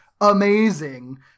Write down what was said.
amazing